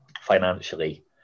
financially